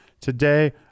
Today